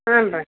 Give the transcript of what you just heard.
ಹ್ಞೂ ರೀ